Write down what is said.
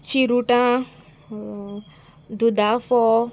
चिरुटां दुदा फोव